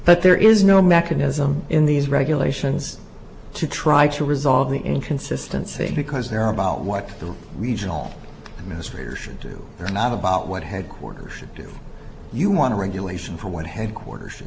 but there is no mechanism in these regulations to try to resolve the inconsistency because they're about what the regional administrator should do or not about what headquarters should do you want to regulation for what headquarters